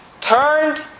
Turned